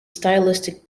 stylistic